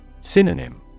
Synonym